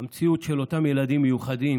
של אותם ילדים מיוחדים